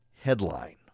Headline